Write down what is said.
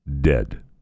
dead